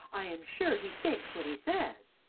i am sure he thinks what he says.